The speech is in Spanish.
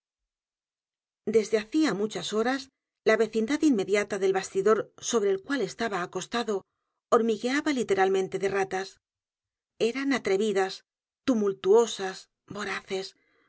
desde hacía muchas horas la vecindad inmediata del bastidor sobre el cual estaba acostado hormigueaba literalmente de ratas eran atrevidas tumultuosas voraces